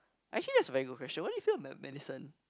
actually that's very good question what do you feel of med~ medicine